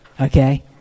okay